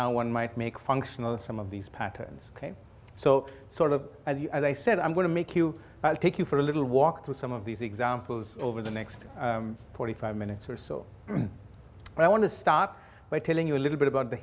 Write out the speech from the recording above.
how one might make functional some of these patterns so sort of as i said i'm going to make you well take you for a little walk through some of these examples over the next forty five minutes or so but i want to start by telling you a little bit about the